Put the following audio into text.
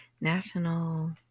national